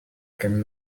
can